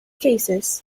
cases